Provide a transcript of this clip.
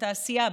בתעשייה,